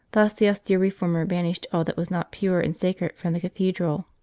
thus the austere reformer banished all that was not pure and sacred from the cathedral.